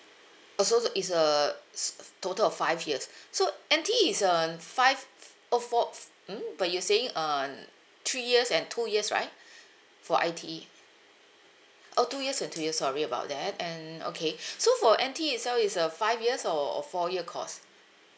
oh so it's a s~ total of five years so N_T is um five oh four mm but you're saying um three years and two years right for I_T oh two years and two years sorry about that and okay so for N_T itself it's a five years or or four year course